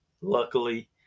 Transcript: luckily